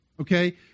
Okay